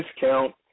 discount